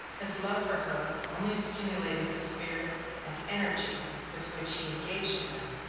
his love for her only stimulated the spirit and energy with which he engaged in them.